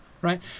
right